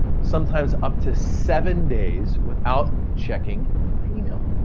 sometimes up to seven days without checking my email.